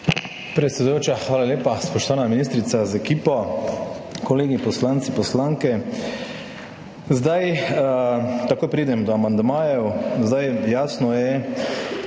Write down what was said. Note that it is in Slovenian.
Predsedujoča, hvala lepa. Spoštovana ministrica z ekipo, kolegi poslanci, poslanke! Takoj pridem do amandmajev. Jasno je,